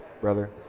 brother